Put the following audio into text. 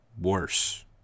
worse